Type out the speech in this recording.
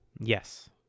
Yes